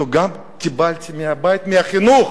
גם אותה קיבלתי מהבית, מהחינוך,